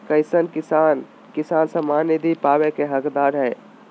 कईसन किसान किसान सम्मान निधि पावे के हकदार हय?